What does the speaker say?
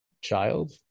child